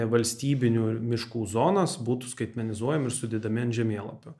valstybinių miškų zonos būtų skaitmenizuojami ir sudedami ant žemėlapio